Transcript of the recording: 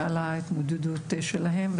על ההתמודדות שלהם,